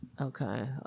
Okay